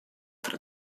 tra